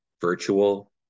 virtual